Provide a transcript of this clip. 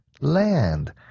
land